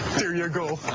there you go.